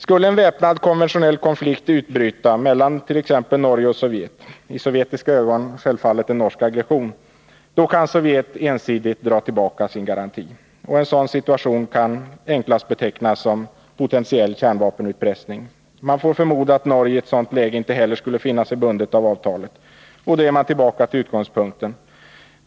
Skulle en väpnad konventionell konflikt utbryta mellan t.ex. Norge och Sovjet — i sovjetiska ögon sjävfallet en ”norsk aggression” — kan Sovjet ensidigt dra tillbaka sin garanti. En sådan situation kan enklast betecknas som potentiell kärnvapenutpressning. Man får förmoda att Norge i ett sådant läge inte heller skulle finna sig bundet av avtalet. Därmed är man tillbaka till utgångspunkten.